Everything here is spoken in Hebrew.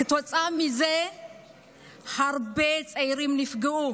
כתוצאה מזה הרבה צעירים נפגעו,